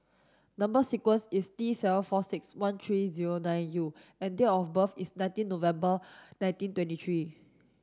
number sequence is T seven four six one three zero nine U and date of birth is nineteen November nineteen twenty three